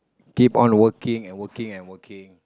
keep on working and working and working